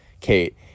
Kate